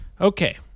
Okay